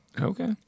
Okay